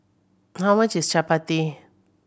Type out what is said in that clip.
how much is Chapati